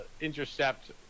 intercept